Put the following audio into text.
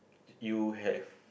you have